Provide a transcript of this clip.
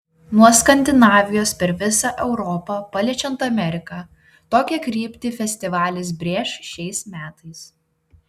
nuo skandinavijos per visą europą paliečiant ameriką tokią kryptį festivalis brėš šiais metais